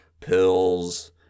pills